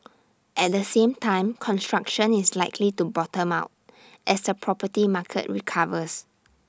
at the same time construction is likely to bottom out as the property market recovers